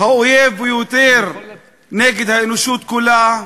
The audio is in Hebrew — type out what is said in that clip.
אויב שהוא יותר נגד האנושות כולה,